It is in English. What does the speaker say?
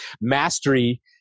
Mastery